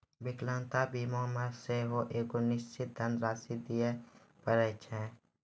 विकलांगता बीमा मे सेहो एगो निश्चित धन राशि दिये पड़ै छै